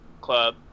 club